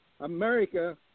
America